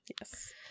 yes